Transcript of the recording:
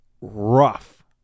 rough